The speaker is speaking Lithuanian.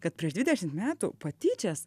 kad prieš dvidešimt metų patyčias